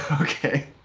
Okay